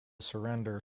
surrender